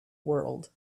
world